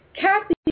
Kathy